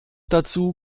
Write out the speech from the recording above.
dazu